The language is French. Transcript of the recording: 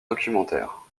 documentaires